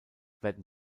werden